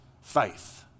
faith